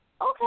okay